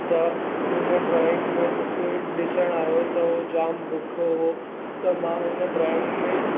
त हुन ड्राइंग में मूंखे ॾिसणु आयो त उहो जामु बुखियो हो त मां हुन ड्राइंग में